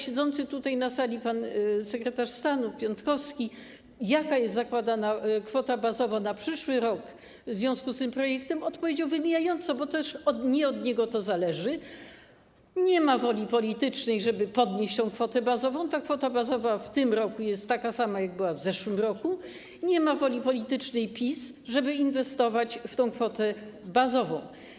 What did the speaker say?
Siedzący tutaj na sali pan sekretarz stanu Piontkowski zapytany przeze mnie wczoraj, jaka jest zakładana kwota bazowa na przyszły rok w związku z tym projektem, odpowiedział wymijająco, bo nie od niego to zależy, nie ma woli politycznej, żeby podnieść kwotę bazową, kwota bazowa w tym roku jest taka sama, jaka była w zeszłym roku, nie ma woli politycznej PiS, żeby inwestować w kwotę bazową.